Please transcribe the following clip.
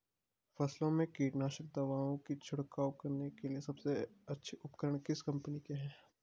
फसलों में कीटनाशक दवाओं का छिड़काव करने के लिए सबसे अच्छे उपकरण किस कंपनी के हैं?